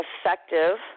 effective